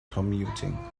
commuting